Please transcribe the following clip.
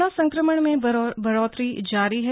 corona संक्रमण में बढोतरी जारी है